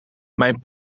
mijn